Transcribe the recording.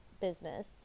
business